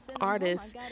artists